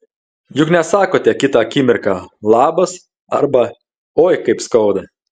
juk nesakote kitą akimirką labas arba oi kaip skauda